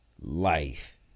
life